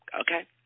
okay